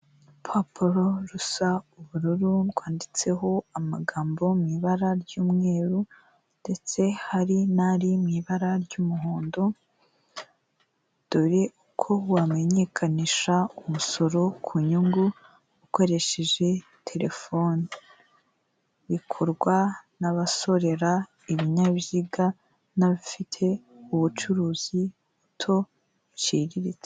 Urupapuro rusa ubururu rwanditseho amagambo mu ibara ry'umweru ndetse hari n'ari mu'ibara ry' umuhondo. Dore uko wamenyekanisha umusoro ku nyungu ukoresheje telefoni ; bikorwa n'abasorera ibinyabiziga n'abafite ubucuruzi buto buciriritse.